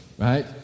right